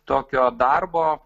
tokio darbo